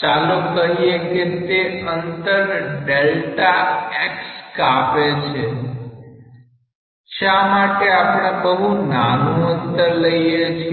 ચાલો કહીએ કે તે અંતર Δx કાપે છે શા માટે આપણે બહુ નાનું અંતર લઈએ છીએ